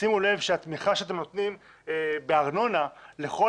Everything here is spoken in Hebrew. שימו לב שהתמיכה שאתם נותנים בארנונה לכל